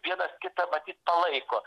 vienas kitą matyt palaiko